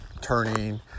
turning